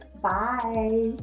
bye